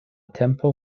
tempo